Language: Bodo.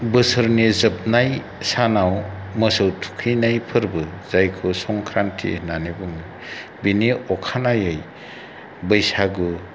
बोसोरनि जोबनाय सानाव मोसौ थुखैनाय फोरबो जायखौ संख्रान्थि होन्नानै बुङो बेनि अखानायै बैसागु